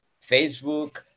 Facebook